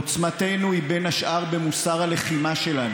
עוצמתנו היא, בין השאר, במוסר הלחימה שלנו,